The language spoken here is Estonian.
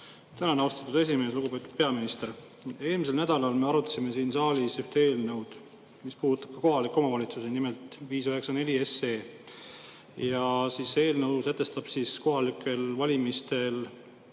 Tänan, austatud esimees! Lugupeetud peaminister! Eelmisel nädalal me arutasime siin saalis ühte eelnõu, mis puudutab ka kohalikke omavalitsusi, nimelt 594 SE. Eelnõu sätestab kohalikel valimistel